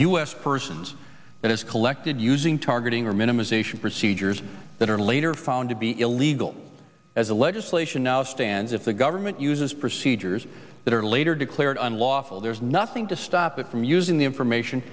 s persons it is collected using targeting or minimization procedures that are later found to be illegal as the legislation now stands if the government uses procedures that are later declared unlawful there's nothing to stop it from using the information